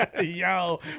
Yo